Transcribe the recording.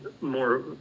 more